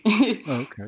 Okay